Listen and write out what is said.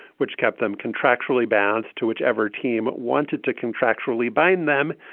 which kept them contractually bound to whichever team wanted to contractually bind them.